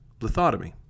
lithotomy